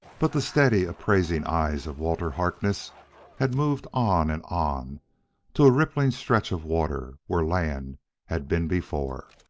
but the steady, appraising eyes of walter harkness had moved on and on to a rippling stretch of water where land had been before.